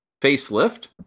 Facelift